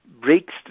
Breaks